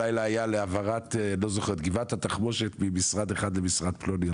הלילה היה על העברת גבעת התחמושת ממשרד אחר למשרד פלוני,